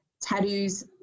tattoos